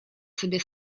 sobie